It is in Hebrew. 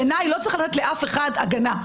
בעיניי, לא צריך לתת לאף אחד הגנה.